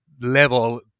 level